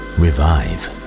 revive